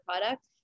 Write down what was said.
product